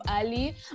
early